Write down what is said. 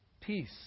peace